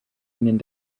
ihnen